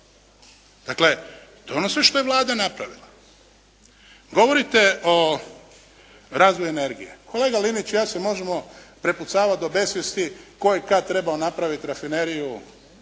Dakle, donosi što je Vlada napravila. Govorite o razvoju energije. Kolega Linić i ja se možemo prepucavati do besvijesti tko je kad trebao napraviti rafineriju,